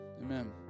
Amen